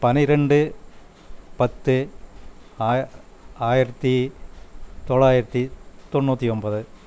பன்னிரெண்டு பத்து ஆய ஆயிரத்து தொளாயிரத்து தொண்ணூற்றி ஒன்பது